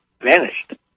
vanished